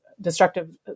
destructive